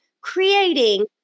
creating